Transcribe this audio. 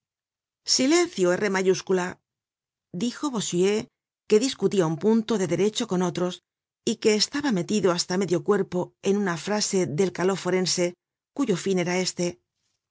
silencio r mayúscula dijo bossuet que discutia un punto de derecho con otros y que estaba metido hasta medio cuerpo en una frase del caló forense cuyo fin era este